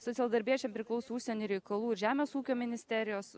socialdarbiečiam priklauso užsienio reikalų ir žemės ūkio ministerijos